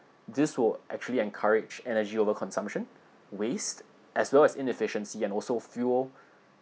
this will actually encouraged energy over-consumption waste as well as inefficiency and also fuel